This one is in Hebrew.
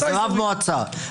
רב מועצה.